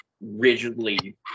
rigidly